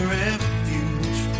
refuge